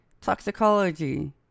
toxicology